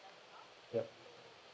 yup